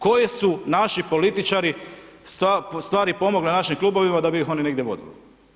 Koji su naši političari, ustvari pomogli našim klubovima, da bi ih oni negdje vodili.